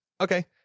okay